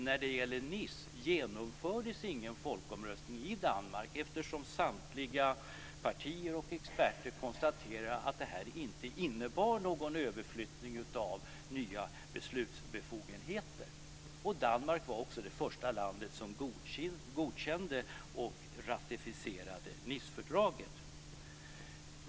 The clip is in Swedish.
När det gällde Nicefördraget genomfördes det ingen folkomröstning i Danmark eftersom samtliga partier och experter konstaterade att det inte innebar någon överflyttning av nya beslutsbefogenheter. Danmark var också det första landet som godkände och ratificerade Nicefördraget.